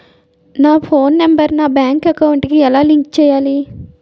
నా phone number నా bank account కి ఎలా లింక్ చేయాలి?